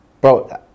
bro